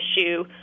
issue